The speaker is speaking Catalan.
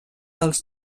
dels